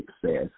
success